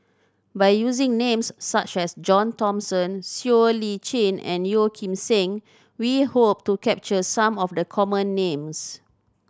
by using names such as John Thomson Siow Lee Chin and Yeo Kim Seng we hope to capture some of the common names